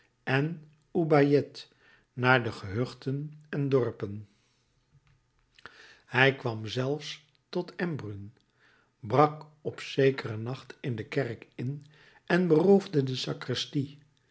en ubayette naar de gehuchten en dorpen hij kwam zelfs tot embrun brak op zekeren nacht in de kerk in en beroofde de sacristie